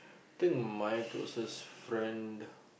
think my closest friend